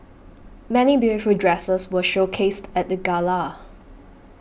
many beautiful dresses were showcased at the gala